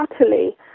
utterly